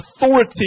authority